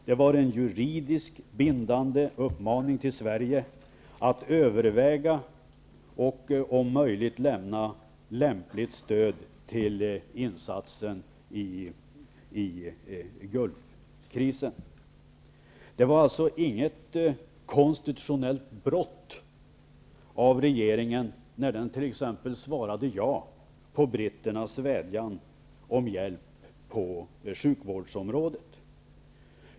Det var en juridiskt bindande uppmaning till Sverige att överväga och om möjligt lämna lämpligt stöd till insatsen i Gulfkrisen. Det var alltså inget konstitutionellt brott av regeringen när den t.ex. svarade ja på britternas vädjan om hjälp på sjukvårdsområdet.